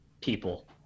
people